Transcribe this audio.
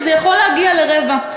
זה יכול להגיע לרבע.